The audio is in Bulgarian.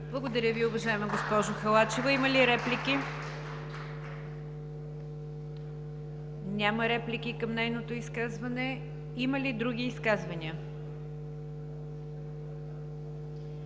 Благодаря Ви, госпожо Халачева. Има ли реплики? Няма реплики към нейното изказване. Има ли други изказвания?